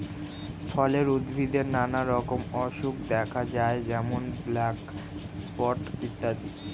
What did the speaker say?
ফুলের উদ্ভিদে নানা রকম অসুখ দেখা যায় যেমন ব্ল্যাক স্পট ইত্যাদি